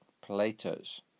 Plato's